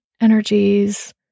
energies